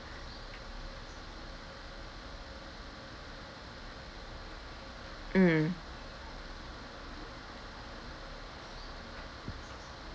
mm